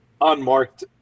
unmarked